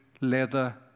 leather